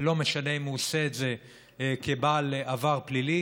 לא משנה אם הוא עושה את זה כבעל עבר פלילי,